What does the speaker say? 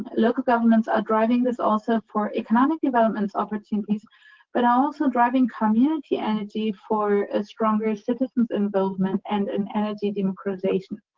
local governments are driving this also for economic development opportunities but are also driving community energy for a stronger citizen's involvement and an energy democratization.